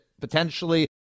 potentially